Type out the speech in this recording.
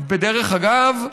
דרך אגב,